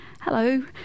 Hello